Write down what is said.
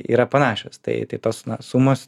yra panašios tai tai tos sumos